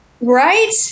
Right